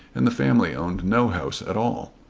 and the family owned no house at all.